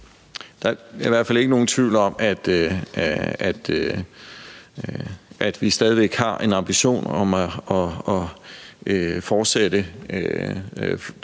Der er i hvert fald ikke nogen tvivl om, at vi stadig væk har en ambition om at fortsætte